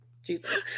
Jesus